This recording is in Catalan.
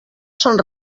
són